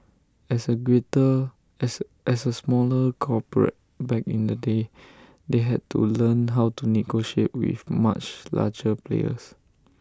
as A greater as as A smaller corporate back in the day they had to learn how to negotiate with much larger players